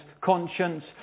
conscience